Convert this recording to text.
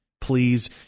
please